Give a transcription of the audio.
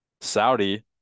Saudi